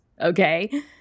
Okay